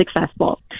successful